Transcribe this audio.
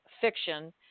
fiction